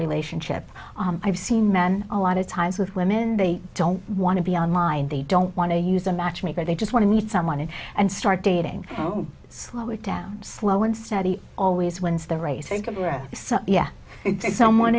relationship i've seen men a lot of times with women they don't want to be on line they don't want to use a matchmaker they just want to meet someone and start dating slow it down slow and steady always wins the race